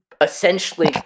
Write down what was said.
essentially